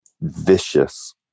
vicious